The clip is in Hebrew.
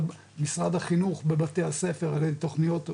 משרד החינוך בבתי הספר, מעלים תוכניות רציניות,